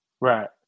Right